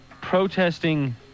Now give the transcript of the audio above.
protesting